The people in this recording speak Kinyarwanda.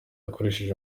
akoresheje